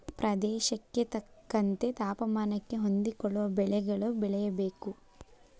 ಪ್ರದೇಶಕ್ಕೆ ತಕ್ಕಂತೆ ತಾಪಮಾನಕ್ಕೆ ಹೊಂದಿಕೊಳ್ಳುವ ಬೆಳೆಗಳು ಬೆಳೆಯಬೇಕು